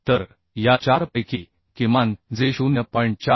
तर या 4 पैकी किमान जे 0